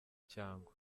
cyangwa